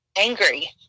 angry